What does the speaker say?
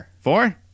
four